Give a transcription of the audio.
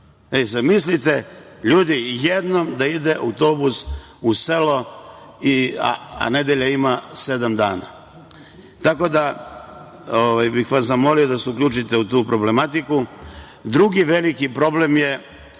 Zamislite, ljudi, jednom da ide autobus u selo a nedelja ima sedam dana. Tako da bih vas zamolio da se uključite u tu problematiku. Drugi veliki problem je